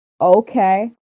okay